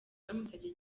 bamusabye